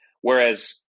Whereas